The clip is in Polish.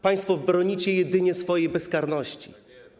Państwo bronicie jedynie swojej bezkarności.